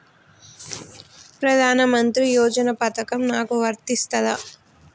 ప్రధానమంత్రి యోజన పథకం నాకు వర్తిస్తదా?